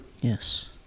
Yes